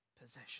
possession